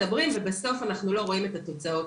ובסוף אנחנו לא רואים את התוצאות.